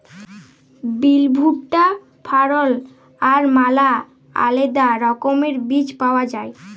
বিল, ভুট্টা, ফারল আর ম্যালা আলেদা রকমের বীজ পাউয়া যায়